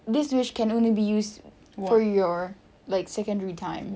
this wish can only be used for your like secondary time